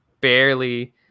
barely